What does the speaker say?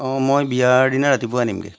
অঁ মই বিয়াৰ দিনা ৰাতিপুৱা নিম